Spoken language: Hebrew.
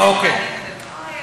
מי מתנגד?